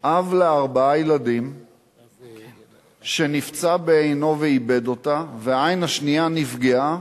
אב לארבעה ילדים שנפצע בעינו ואיבד אותה והעין השנייה נפגעה,